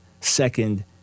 second